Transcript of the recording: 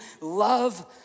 love